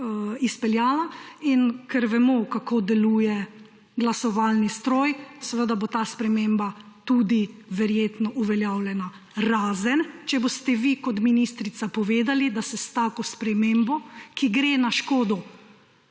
izpeljala. In ker vemo, kako deluje glasovalni stroj, seveda bo ta sprememba tudi verjetno uveljavljena; razen če boste vi kot ministrica povedali, da se s tako spremembo, ki gre na škodo